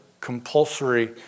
compulsory